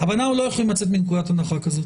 אבל אנחנו לא יכולים לצאת מנקודת הנחה כזאת